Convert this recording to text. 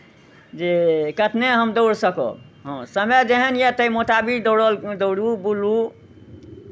जे कतने हम दौड़ सकब हँ समय जेहन यए ताहि मोताबिक दौड़ल दौड़ू बुलू